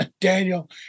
Daniel